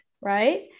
right